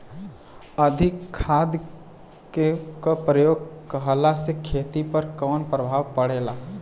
अधिक खाद क प्रयोग कहला से खेती पर का प्रभाव पड़ेला?